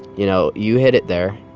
you know, you hit it there.